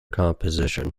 composition